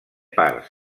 parts